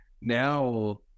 Now